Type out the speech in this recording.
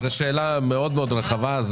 זו שאלה מאוד רחבה.